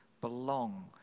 belong